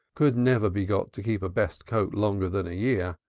could never be got to keep a best coat longer than a year,